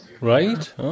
Right